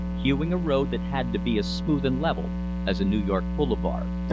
hewing a road that had to be as smooth and level as a new york boulevard.